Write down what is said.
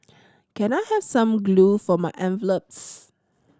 can I have some glue for my envelopes